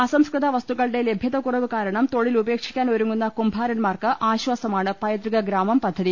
അസംസ്കൃത വസ്തുക്കളുടെ ലഭൃതക്കുറവുകാരണം തൊഴിൽ ഉപേക്ഷിക്കാൻ ഒരുങ്ങുന്ന കുംഭാരന്മാർക്ക് ആശ്വാസമാണ് പൈതൃകഗ്രാമം പദ്ധതി